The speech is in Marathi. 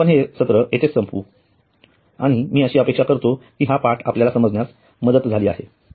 आपण हे सत्र येथे संपवू आणि मी अशी अपेक्षा करतो कि आपल्याला हा पाठ समजण्यास मदत झाली आहे